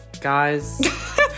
guys